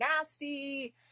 Nasty